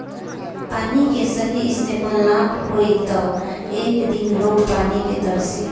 पानी के सही इस्तमाल ना होई त एक दिन लोग पानी के तरसी